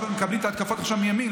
ועכשיו אנחנו מקבלים את ההתקפות מימין,